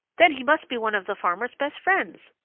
then he must be one of the farmer's best friends,